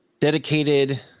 Dedicated